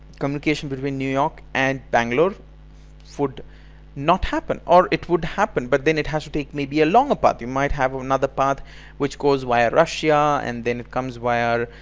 communication between new york and banglore would not happen or it would happen but then it has to take maybe a longer path. you might have another path which goes via russia and then it comes via.